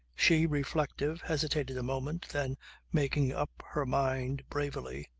she, reflective, hesitated a moment then making up her mind bravely.